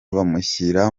bamushyira